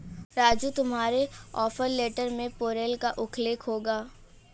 राजू तुम्हारे offer letter में parole का उल्लेख होगा